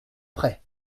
près